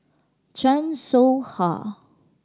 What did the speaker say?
Chan Soh Ha